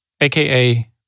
aka